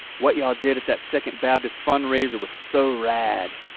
what y'all did at that second baptist fundraiser was so rad,